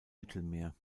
mittelmeer